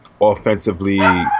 offensively